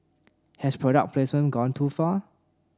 has product placement gone too far